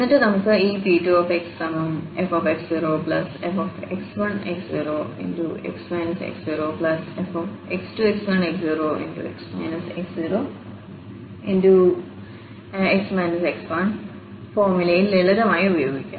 എന്നിട്ട് നമുക്ക് ഈ P2xfx0fx1x0x x0fx2x1x0 ഫോർമുലയിൽ ലളിതമായി ഉപയോഗിക്കാം